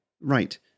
Right